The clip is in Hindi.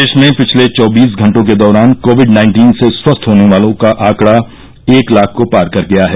देश में पिछले चौबीस घंटों के दौरान कोविड नाइन्टीन से स्वस्थ होने वालों का आंकड़ा एक लाख को पार कर गया है